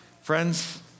Friends